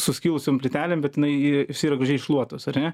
suskilusiom plytelėm bet jinai jisai yra gražiai iššluotos ar ne